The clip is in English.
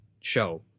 show